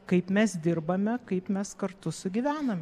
kaip mes dirbame kaip mes kartu sugyvenam